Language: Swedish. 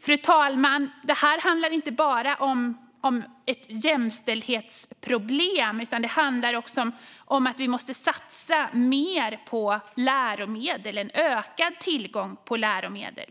Fru talman! Det handlar inte bara om ett jämställdhetsproblem utan också om att vi måste satsa mer på läromedel, på ökad tillgång till läromedel.